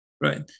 Right